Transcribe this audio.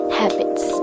habits